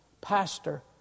pastor